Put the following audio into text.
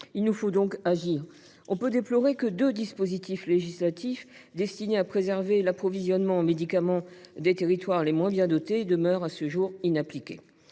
Il nous faut donc agir. On peut déplorer que deux dispositifs législatifs destinés à préserver l’approvisionnement en médicaments des territoires les moins bien dotés demeurent à ce jour inappliqués.